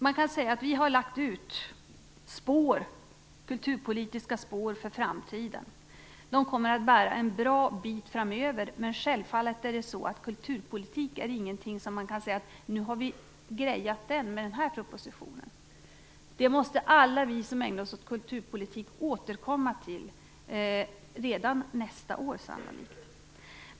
Man kan säga att vi har lagt ut kulturpolitiska spår för framtiden. De kommer att bära en bra bit framöver. Men självfallet är kulturpolitik inte ett område där man kan säga: Nu har vi grejat den, i och med den här propositionen. Det måste alla vi som ägnar oss åt kulturpolitik återkomma till, sannolikt redan nästa år.